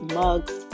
mugs